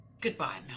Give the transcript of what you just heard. Goodbye